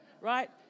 right